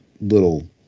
little